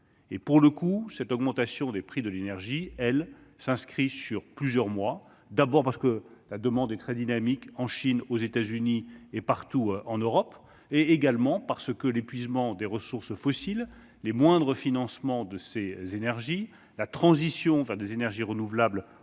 Pour le coup, cette augmentation des prix de l'énergie s'inscrit sur plusieurs mois. En effet, la demande est très dynamique en Chine, aux États-Unis et partout en Europe. En outre, l'épuisement des ressources fossiles, les moindres financements en faveur de ces énergies ou encore la transition vers des énergies renouvelables